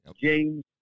James